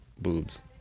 boobs